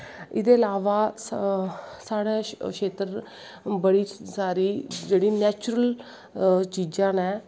एह्दे इलावा साढ़ा खेत्तर बड़ी सारी जेह्ड़ा नैचुर्ल चीजां नै